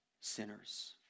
sinners